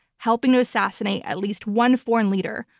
helping to assassinate at least one foreign leader,